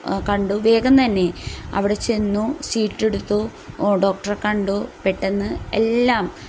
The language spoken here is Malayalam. കണ്ടു വേഗം തന്നെ അവിടെ ചെന്നു സീറ്റെടുത്തു ഡോക്ടറെ കണ്ടു പെട്ടന്ന് എല്ലാം